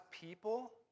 people